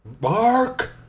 Mark